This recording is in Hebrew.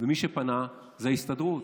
ומי שפנה זה ההסתדרות,